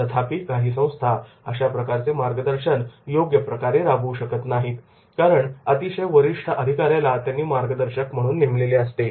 तथापि काही संस्था अशाप्रकारचे मार्गदर्शन योग्य प्रकारे राबवू शकत नाहीत कारण अतिशय वरिष्ठ अधिकाऱ्याला त्यांनी मार्गदर्शक म्हणून नेमलेले असते